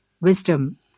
wisdom